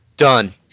done